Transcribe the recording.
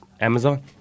Amazon